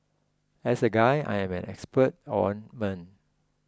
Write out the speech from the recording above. as a guy I'm an expert on men